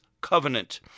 covenant